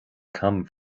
come